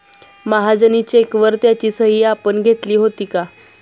महाजनी चेकवर त्याची सही आपण घेतली होती का?